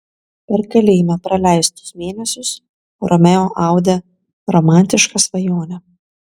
per kalėjime praleistus mėnesius romeo audė romantišką svajonę